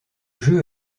jeu